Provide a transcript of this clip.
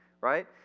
right